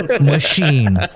Machine